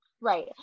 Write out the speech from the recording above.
Right